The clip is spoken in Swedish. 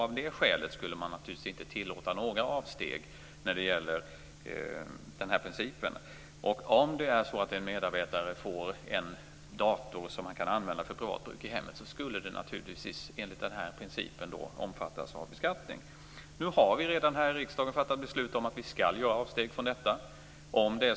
Av det skälet skulle man naturligtvis inte tillåta några avsteg. Om en medarbetare får en dator som kan användas för privat bruk i hemmet, skulle den naturligtvis enligt den här principen omfattas av beskattning. Nu har vi redan här i riksdagen fattat beslut om att vi skall göra avsteg från detta.